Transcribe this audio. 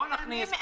בוא נכניס,